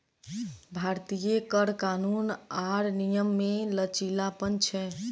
भारतीय कर कानून आर नियम मे लचीलापन छै